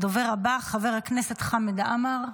הדובר הבא, חבר הכנסת חמד עמאר.